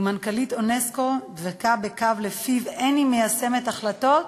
ומנכ"לית אונסק"ו דבקה בקו שלפיו אין היא מיישמת החלטות